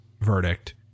verdict